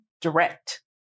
direct